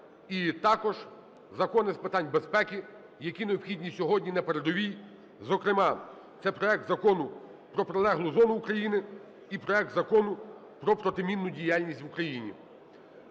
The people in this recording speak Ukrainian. і також закони з питань безпеки, які необхідні сьогодні на передовій, зокрема це проект Закону про прилеглу зону України і проект Закону про протимінну діяльність в Україні.